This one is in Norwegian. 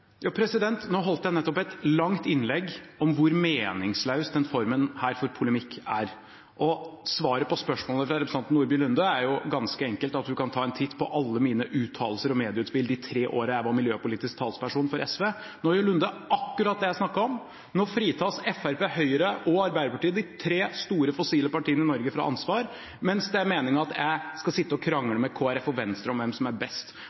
Nå holdt jeg nettopp et langt innlegg om hvor meningsløs denne formen for polemikk er. Svaret på spørsmålet fra representanten Nordby Lunde er ganske enkelt at hun kan ta en titt på alle mine uttalelser og medieutspill de tre årene jeg var miljøpolitisk talsperson for SV. Nå gjør Nordby Lunde akkurat det jeg snakket om: nå fritas Høyre, Fremskrittspartiet og Arbeiderpartiet, de tre store fossilpartiene i Norge, for ansvar, mens det er meningen at jeg skal sitte og krangle med Kristelig Folkeparti og Venstre om hvem som er best.